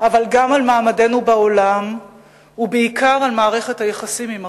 אבל גם על מעמדנו בעולם ובעיקר על מערכת היחסים עם ארצות-הברית.